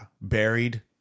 buried